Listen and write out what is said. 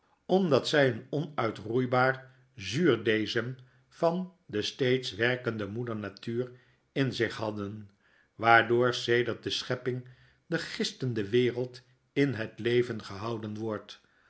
omdat zjj een onuitroeibaar zuurdeesem van de steeds werkende moeder natuur in zich hadden waardoor sedert de schepping de gistende wereld in het leven gehouden wordt